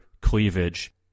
Cleavage